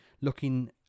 looking